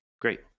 Great